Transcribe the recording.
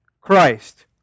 Christ